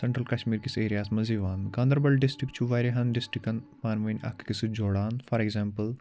central Kashmir کِس ایریاہَس منٛز یِوان گانٛدَربَل ڈِسٹرک چھُ واریاہَن ڈِسٹرکَن پانہٕ ؤنۍ اکھ أکِس سۭتۍ جوڑان فار اٮ۪گزامپٕل